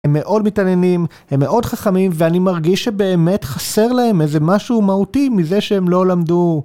הם מאוד מתעניינים, הם מאוד חכמים, ואני מרגיש שבאמת חסר להם איזה משהו מהותי מזה שהם לא למדו.